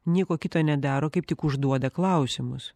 nieko kito nedaro kaip tik užduoda klausimus